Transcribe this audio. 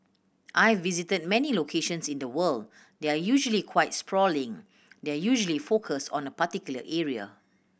I've visited many locations in the world they're usually quite sprawling they're usually focused on a particular area